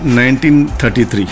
1933